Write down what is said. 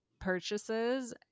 purchases